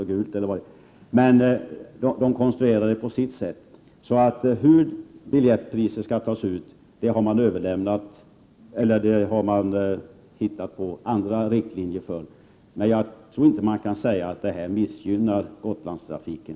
Hur biljettpriset skall tas ut har man kommit fram till andra riktlinjer för. Jag tror inte att man kan säga att detta direkt missgynnar Gotlandstrafiken.